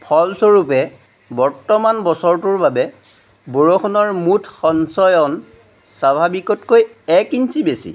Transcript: ফলস্বৰূপে বৰ্তমান বছৰটোৰ বাবে বৰষুণৰ মুঠ সঞ্চয়ন স্বাভাৱিকতকৈ এক ইঞ্চি বেছি